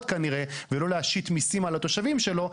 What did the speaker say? כנראה ולא להשית מיסים על התושבים שלו,